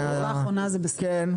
התקופה האחרונה זה בסדר.